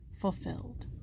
fulfilled